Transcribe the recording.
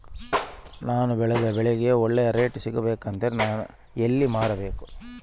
ನಾನು ಬೆಳೆದ ಬೆಳೆಗೆ ಒಳ್ಳೆ ರೇಟ್ ಸಿಗಬೇಕು ಅಂದ್ರೆ ಎಲ್ಲಿ ಮಾರಬೇಕು?